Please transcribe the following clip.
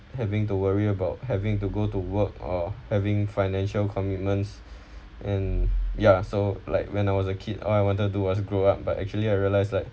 having to worry about having to go to work or having financial commitments and ya so like when I was a kid all I wanted to was grow up but actually I realise like